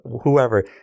whoever